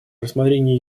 рассмотрение